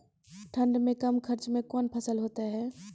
ठंड मे कम खर्च मे कौन फसल होते हैं?